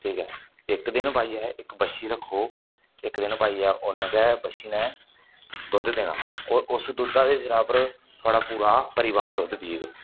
ठीक ऐ इक दिन पाइयै इक बच्छी रक्खो इक दिन पाइयै उ'नेंगी ते बच्छी ने दुद्ध देना होर उस दुद्धै दे सिरे उप्पर थुआढ़ा पूरा परिवार दुद्ध पीग